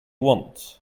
want